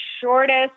shortest